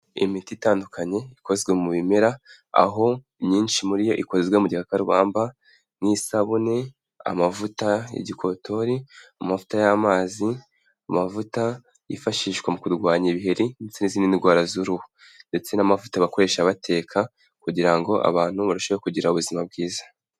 Imiti itandukanye ikozwe mu bimera, aho myinshi muri yo ikozwe mu gikakarubamba n'isabune, amavuta y'igikotori, amavuta y'amazi, amavuta yifashishwa mu kurwanya ibiheri n'izindi ndwara z'uruhu ndetse n'amavuta bakoresha bateka kugira ngo abantu barusheho kugira ubuzima bwiza.